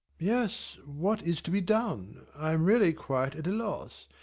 yes what is to be done? i am really quite at a loss.